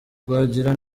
rwigara